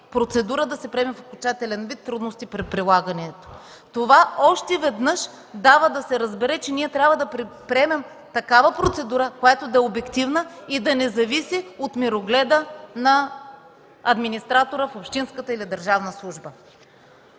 процедура да се приеме в окончателен вид, трудности при прилагането. Това още веднъж дава да се разбере, че ние трябва да приемем такава процедура, която да е обективна и да не зависи от мирогледа на администратора в общинската или държавна служба.